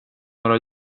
några